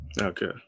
Okay